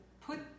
put